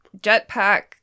jetpack